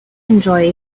enjoy